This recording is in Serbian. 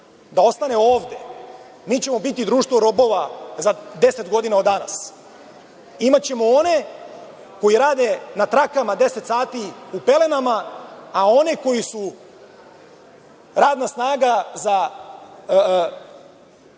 da ostane ovde, mi ćemo biti društvo robova za deset godina od danas. Imaćemo one koji rade na trakama deset sati u pelenama, a one koji su radna snaga za